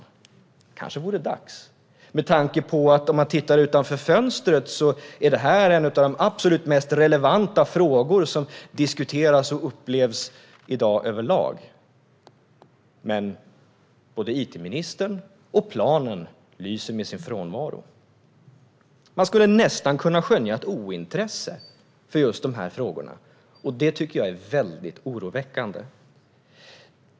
Det kanske vore dags med tanke på att om man tittar utanför fönstret är detta en av de absolut mest relevanta frågor som diskuteras och upplevs i dag överlag. Men både it-ministern och planen lyser med sin frånvaro. Man skulle nästan kunna skönja ett ointresse för just dessa frågor. Det tycker jag är väldigt oroväckande.